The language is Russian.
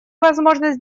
возможность